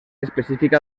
específica